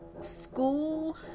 School